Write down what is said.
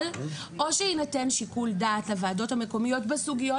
אבל או שיינתן שיקול דעת לוועדות המקומיות בסוגיות